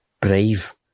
brave